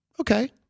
Okay